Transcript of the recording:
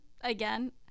again